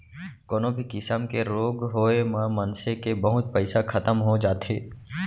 कोनो भी किसम के रोग होय म मनसे के बहुत पइसा खतम हो जाथे